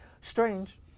Strange